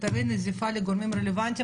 מכתבי נזיפה לגורמים רלוונטיים,